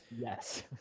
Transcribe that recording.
Yes